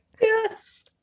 Yes